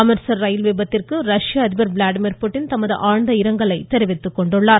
அமிர்த்ஸர் ரயில் விபத்திற்கு ரஷ்ய அதிபர் விளாடிமிர் புடின் தமது ஆழ்ந்த இரங்கலை தெரிவித்துக் கொண்டிருக்கிறார்